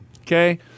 Okay